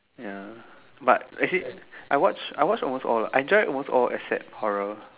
ya but actually I watch almost all lah I join almost all except horror